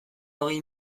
hogei